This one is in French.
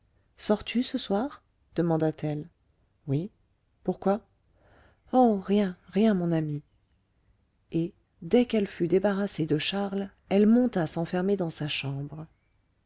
sors-tu ce soir demanda-t-elle oui pourquoi oh rien rien mon ami et dès qu'elle fut débarrassée de charles elle monta s'enfermer dans sa chambre